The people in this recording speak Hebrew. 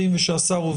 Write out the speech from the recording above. מ/1463.